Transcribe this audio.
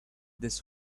this